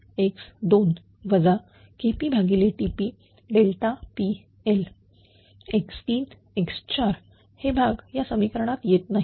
1TP x1 KPTP x2 KPTP PL x3 x4 हे भाग या समीकरणात येत नाहीत